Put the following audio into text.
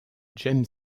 james